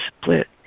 split